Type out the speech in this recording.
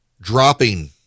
dropping